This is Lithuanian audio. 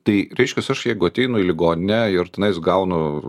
tai reiškias aš jeigu ateinu į ligoninę ir tenais gaunu